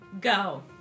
Go